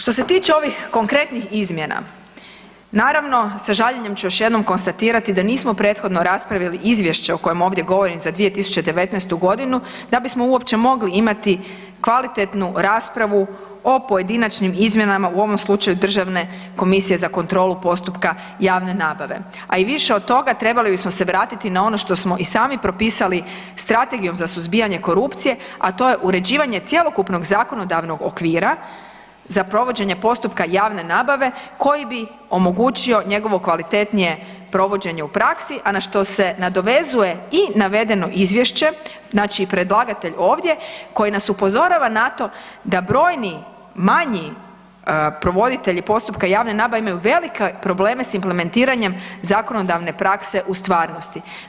Što se tiče ovih konkretnih izmjena, naravno sa žaljenjem ću još jednom konstatirati da nismo prethodno raspravili izvješće o kojem ovdje govorim za 2019.g. da bismo uopće mogli imati kvalitetnu raspravu o pojedinačnim izmjenama, u ovom slučaju državne komisije za kontrolu postupka javne nabave, a i više od toga trebali bismo se vratiti na ono što smo i sami propisali Strategijom za suzbijanje korupcije, a to je uređivanje cjelokupnog zakonodavnog okvira za provođenje postupka javne nabave koji bi omogućio njegovo kvalitetnije provođenje u praksi, a na što se nadovezuje i navedeno izvješće, znači predlagatelj ovdje, koji nas upozorava na to da brojni manji provoditelji postupka javne nabave imaju velike probleme s implementiranjem zakonodavne prakse u stvarnosti.